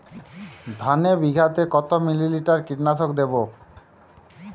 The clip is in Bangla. ধানে বিঘাতে কত মিলি লিটার কীটনাশক দেবো?